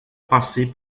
passer